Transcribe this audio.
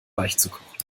weichzukochen